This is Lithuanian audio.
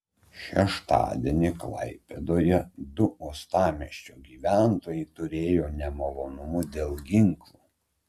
šeštadienį klaipėdoje du uostamiesčio gyventojai turėjo nemalonumų dėl ginklų